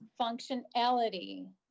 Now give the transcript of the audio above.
functionality